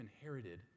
inherited